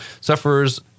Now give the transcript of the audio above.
sufferers